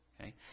Okay